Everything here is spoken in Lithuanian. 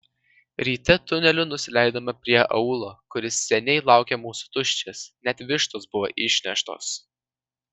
ryte tuneliu nusileidome prie aūlo kuris seniai laukė mūsų tuščias net vištos buvo išneštos